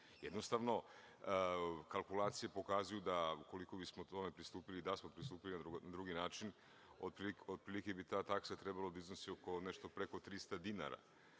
servisa. Jednostavno, kalkulacije pokazuju da ukoliko bismo tome pristupili, da smo pristupili na drugi način, otprilike bi ta taksa trebalo da iznosi preko 300 dinara.